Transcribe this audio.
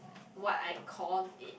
what I call it